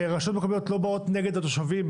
רשויות מקומיות לא באות נגד התושבים.